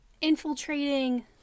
infiltrating